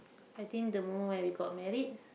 I think the moment when we got married